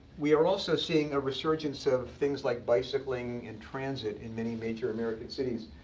we are also seeing a resurgence of things like bicycling and transit in many major american cities.